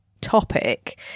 topic